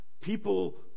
People